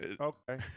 Okay